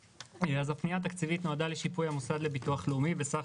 הפנייה התקציבית נועדה לשיפוי המוסד לביטוח לאומי בסך